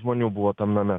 žmonių buvo tam name